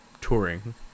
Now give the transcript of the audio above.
touring